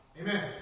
Amen